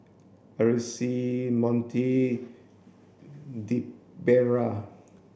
Aracely Montie Debera